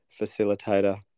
facilitator